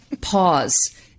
pause